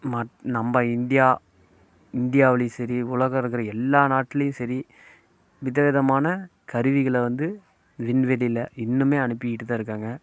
மாத் நம்ம இந்தியா இந்தியாவிலையும் சரி உலகில் இருக்கிற எல்லா நாட்டிலையும் சரி விதவிதமான கருவிகளை வந்து விண்வெளியில இன்னுமே அனுப்பிக்கிட்டு தான் இருக்காங்க